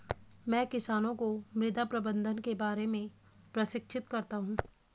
मैं किसानों को मृदा प्रबंधन के बारे में प्रशिक्षित करता हूँ